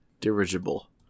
Dirigible